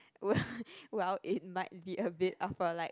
well it might be a bit of a like